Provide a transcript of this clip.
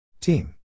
Team